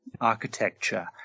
architecture